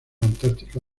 antártica